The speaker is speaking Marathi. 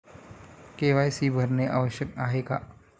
के.वाय.सी भरणे आवश्यक आहे का?